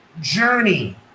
journey